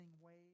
ways